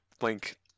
link